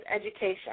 education